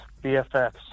BFFs